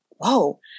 whoa